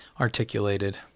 articulated